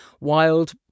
wild